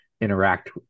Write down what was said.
interact